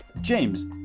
James